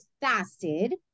fasted